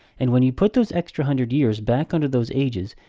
and when you put those extra hundred years back onto those ages,